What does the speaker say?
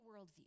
worldview